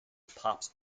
pops